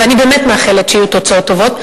ואני באמת מאחלת שיהיו תוצאות טובות.